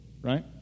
right